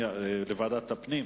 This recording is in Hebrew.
לוועדת הפנים